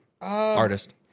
artist